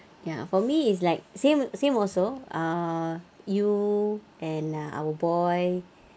ya for me is like same same also uh you and our boy